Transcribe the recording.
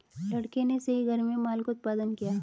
लड़के ने सही घर में माल का उत्पादन किया